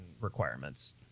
requirements